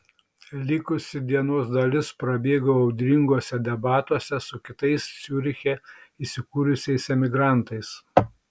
likusi dienos dalis prabėgo audringuose debatuose su kitais ciuriche įsikūrusiais emigrantais